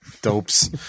dopes